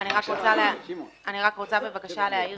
אני רק רוצה, בבקשה, להעיר